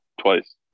twice